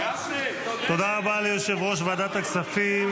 תודה רבה ליושב-ראש ועדת הכספים.